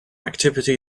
activity